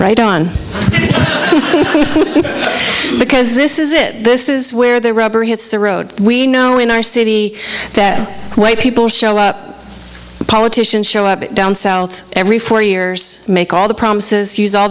right on because this is it this is where the rubber hits the road we know in our city where people show up politicians show up down south every four years make all the promises use all